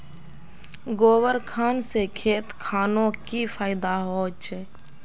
गोबर खान से खेत खानोक की फायदा होछै?